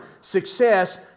success